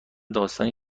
داستانی